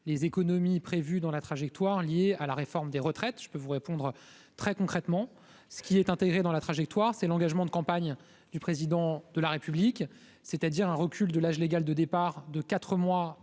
les économies prévues dans la trajectoire lié à la réforme des retraites, je peux vous répondre très concrètement ce qui est intégré dans la trajectoire, c'est l'engagement de campagne du président de la République, c'est-à-dire un recul de l'âge légal de départ de 4 mois